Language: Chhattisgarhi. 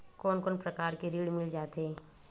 कोन कोन प्रकार के ऋण मिल जाथे?